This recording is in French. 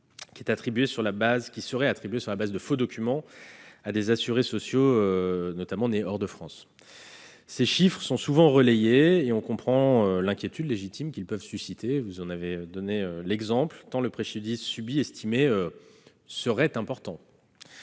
qui serait parfois attribué sur la base de faux documents à des assurés sociaux, notamment nés hors de France. Ces chiffres sont souvent relayés, et on comprend l'inquiétude légitime qu'ils peuvent susciter, tant le préjudice subi estimé serait important.